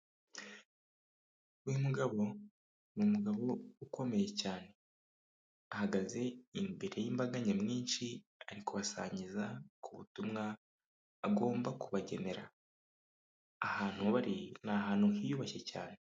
Uyu mugabo ni umugabo ukomeye cyane, ahagaze imbere y'imbaga nyamwinshi ari kubasangiza ku butumwa agomba kubagenera. Ahantu bari ni ahantu hiyubashye cyane.